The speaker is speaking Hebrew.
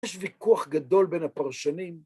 ‫יש ויכוח גדול בין הפרשנים.